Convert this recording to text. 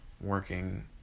Working